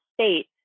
State